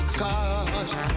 cause